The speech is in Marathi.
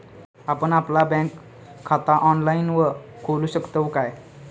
आपण आपला बँक खाता ऑनलाइनव खोलू शकतव काय?